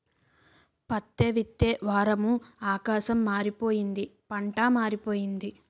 పత్తే విత్తే వారము ఆకాశం మారిపోయింది పంటా మారిపోయింది